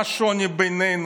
מה השוני בינינו,